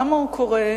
למה הוא קורה,